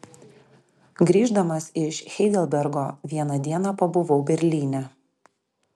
grįždamas iš heidelbergo vieną dieną pabuvau berlyne